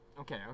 okay